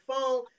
phone